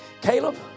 Caleb